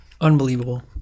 Unbelievable